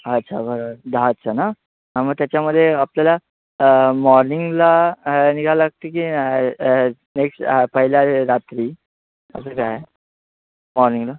अच्छा बरोबर दहाचं ना हां मग त्याच्यामध्ये आपल्याला मॉर्निंगला निघायला लागतं की नेक्स्ट पहिला रात्री असं काय मॉर्निंगला